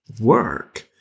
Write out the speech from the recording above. work